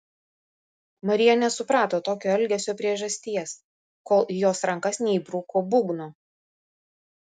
marija nesuprato tokio elgesio priežasties kol į jos rankas neįbruko būgno